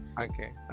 Okay